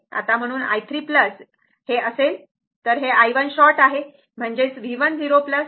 आता म्हणून i 3 असेल तर हे i 1 शॉर्ट आहे म्हणजेच V1 0 0 आहे